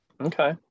Okay